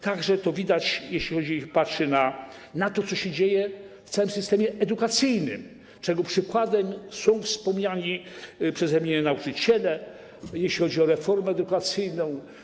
Tak że to widać, jeśli się patrzy na to, co się dzieje w całym systemie edukacyjnym, czego przykładem są wspomniani przeze mnie nauczyciele, jeśli chodzi o reformę edukacyjną.